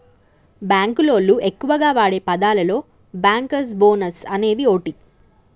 బాంకులోళ్లు ఎక్కువగా వాడే పదాలలో బ్యాంకర్స్ బోనస్ అనేది ఓటి